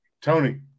Tony